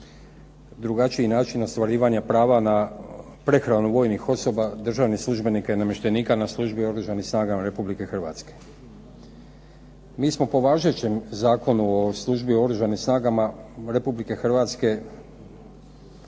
drugačiji način ostvarivanja prava na prehranu vojnih osoba, državnih službenika i namještenika na službi u Oružanim snagama Republike Hrvatske. Mi smo po važećem Zakonu o službi u oružanim snagama Republike Hrvatske